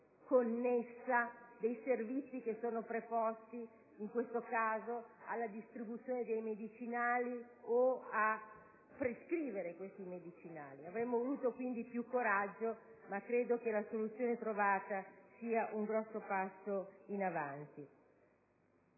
connessa dei servizi preposti, in questo caso alla distribuzione dei medicinali o alla loro prescrizione. Avremmo voluto quindi più coraggio, ma credo che la soluzione trovata sia un grande passo in avanti.